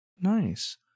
Nice